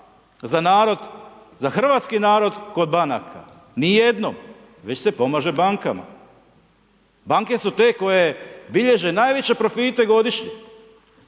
za hrvatski narod kod banaka, ni jednom, već se pomaže bankama. Banke su te koje bilježe najveće profite godišnje,